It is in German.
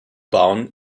bauen